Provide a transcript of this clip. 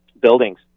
buildings